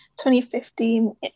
2015